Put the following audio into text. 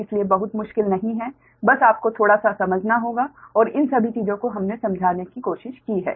इसलिए बहुत मुश्किल नहीं है बस आपको थोड़ा सा समझना होगा और इन सभी चीजों को हमने समझाने की कोशिश की है